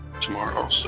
tomorrow